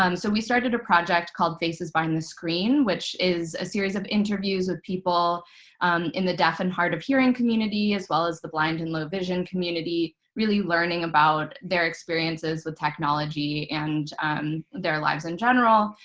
um so we started a project called faces behind the screen, which is a series of interviews with people in the deaf and hard of hearing community as well as the blind and low vision community, really learning about their experiences with technology and their lives in general.